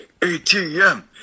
ATM